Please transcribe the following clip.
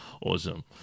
Awesome